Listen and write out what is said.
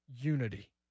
unity